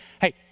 Hey